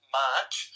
march